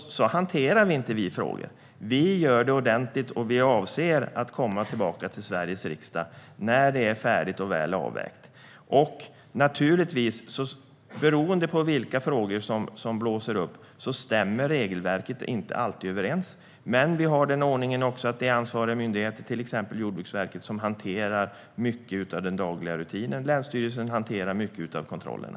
Så hanterar inte vi frågor. Vi gör det ordentligt, och vi avser att komma tillbaka till Sveriges riksdag när det hela är färdigt och väl avvägt. Beroende på vilka frågor som kommer upp stämmer verkligheten och regelverket inte alltid överens. Men vi har den ordningen att det finns ansvariga myndigheter, till exempel Jordbruksverket som hanterar mycket av den dagliga rutinen, och länsstyrelserna som hanterar mycket av kontrollerna.